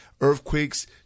earthquakes